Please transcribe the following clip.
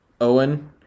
Owen